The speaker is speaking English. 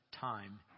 time